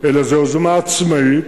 אלא זו יוזמה עצמאית,